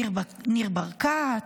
ניר ברקת,